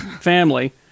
family